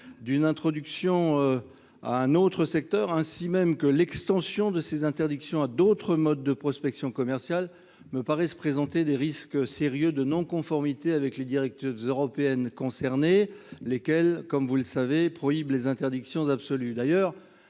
d'une introduction à un autre secteur, ainsi même que l'extension de ces interdictions à d'autres modes de prospection commerciale, me paraissent présenter des risques sérieux de non-conformité avec les directives européennes concernées, lesquelles, comme vous le savez, prohibe les interdictions absolues.